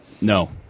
No